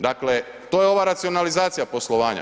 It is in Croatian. Dakle to je ova racionalizacija poslovanja.